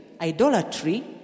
idolatry